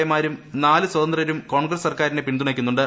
A മാരും നാല് സ്വതന്ത്രരും കോൺഗ്രസ്സ് സർക്കാരിനെ പിന്തുണയ്ക്കുന്നുണ്ട്